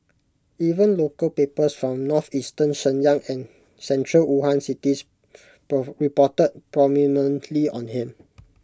even local papers from northeastern Shenyang and central Wuhan cities reported prominently on him